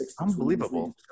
Unbelievable